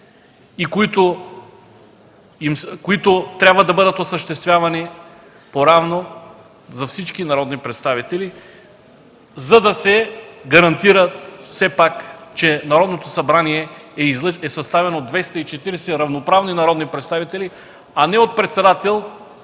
и които трябва да бъдат осъществявани по равно за всички тях, за да се гарантира, че Народното събрание е съставено от 240 равноправни народни представители, а не от председател,